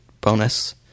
bonus